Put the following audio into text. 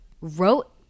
wrote